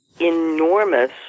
enormous